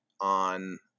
on